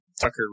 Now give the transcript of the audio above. Tucker